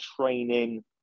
training